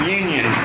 union